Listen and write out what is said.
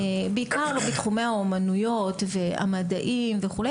בעיקר בתחומי האומנויות והמדעים וכו',